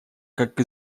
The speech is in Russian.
как